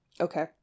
Okay